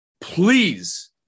Please